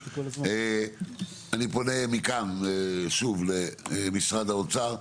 אני פונה מכאן שוב למשרד האוצר,